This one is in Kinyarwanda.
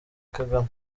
kagame